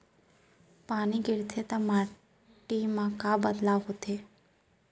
पानी गिरथे ता माटी मा का बदलाव आथे?